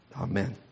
Amen